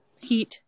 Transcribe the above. heat